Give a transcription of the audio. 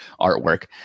artwork